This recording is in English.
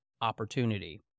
opportunity